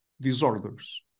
disorders